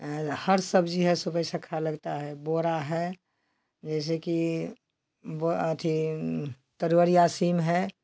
हर सब्ज़ी जो है सो बैसक्खा लगता है बोरा है जैसे कि अथी तरुअरिया सीम है